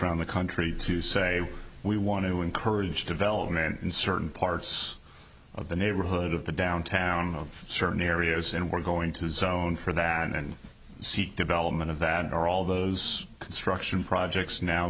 around the country to say we want to encourage development in certain parts of the neighborhood of the downtown of certain areas and we're going to zone for that and seek development of that or all those construction projects now